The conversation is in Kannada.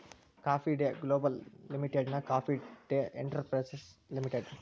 ಕಾಫಿ ಡೇ ಗ್ಲೋಬಲ್ ಲಿಮಿಟೆಡ್ನ ಕಾಫಿ ಡೇ ಎಂಟರ್ಪ್ರೈಸಸ್ ಲಿಮಿಟೆಡ್